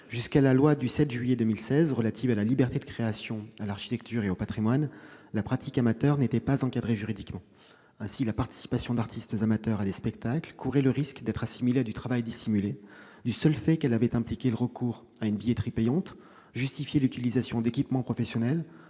Jusqu'à la loi du 7 juillet 2016 relative à la liberté de la création, à l'architecture et au patrimoine, la pratique artistique amateur n'était pas encadrée juridiquement. Ainsi, la participation d'amateurs à des spectacles courait le risque d'être assimilée à du travail dissimulé du seul fait qu'elle avait impliqué le recours à une billetterie payante, justifié l'utilisation d'équipements professionnels